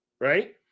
Right